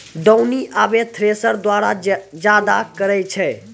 दौनी आबे थ्रेसर द्वारा जादा करै छै